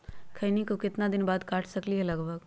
खैनी को कितना दिन बाद काट सकलिये है लगभग?